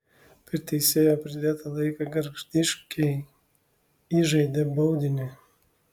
per teisėjo pridėtą laiką gargždiškiai įžaidė baudinį